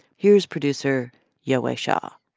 here's producer yowei shaw